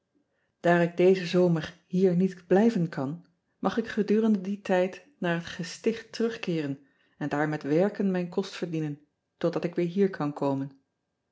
aar ik dezen zomer hier niet blijven kan mag ik gedurende dien tijd naar het gesticht terugkeeren en daar met werken mijn kost verdienen totdat ik weer hier kan komen